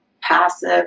passive